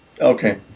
Okay